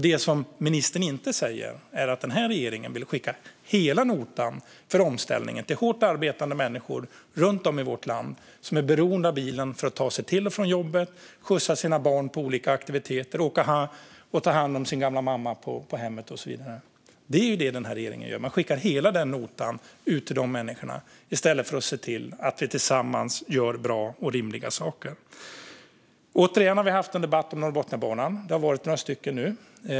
Det som ministern inte heller säger är att den här regeringen vill skicka hela notan för omställningen till hårt arbetande människor runt om i vårt land som är beroende av bilen för att ta sig till och från jobbet, skjutsa sina barn till olika aktiviteter, åka och ta hand om sin gamla mamma på hemmet och så vidare. Det är vad regeringen gör. Man skickar hela notan ut till de här människorna i stället för att se till att vi tillsammans gör bra och rimliga saker. Återigen har infrastrukturministern och jag haft en debatt om Norrbotniabanan. Det har varit några stycken nu.